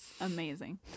amazing